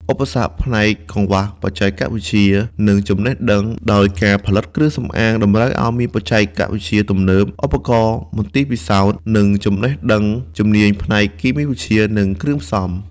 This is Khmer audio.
ឧបសគ្គផ្នែកកង្វះបច្ចេកវិទ្យា និងចំណេះដឹង ដោយការផលិតគ្រឿងសម្អាងតម្រូវឱ្យមានបច្ចេកវិទ្យាទំនើប ឧបករណ៍មន្ទីរពិសោធន៍ និងចំណេះដឹងជំនាញផ្នែកគីមីវិទ្យា និងគ្រឿងផ្សំ។